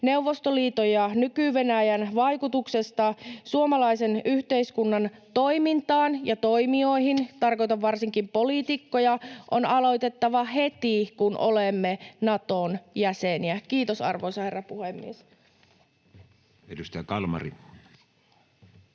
Neuvostoliiton ja nyky-Venäjän vaikutuksesta suomalaisen yhteiskunnan toimintaan ja toimijoihin — tarkoitan varsinkin poliitikkoja — on aloitettava heti, kun olemme Naton jäseniä. — Kiitos, arvoisa herra puhemies. [Speech 92]